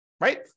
right